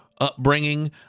upbringing